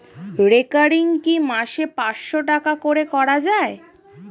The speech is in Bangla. রেকারিং কি মাসে পাঁচশ টাকা করে করা যায়?